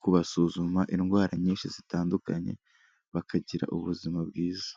kubasuzuma indwara nyinshi zitandukanye, bakagira ubuzima bwiza.